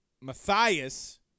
Matthias